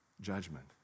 judgment